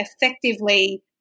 effectively